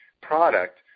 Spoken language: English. product